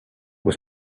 was